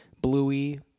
Bluey